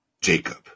Jacob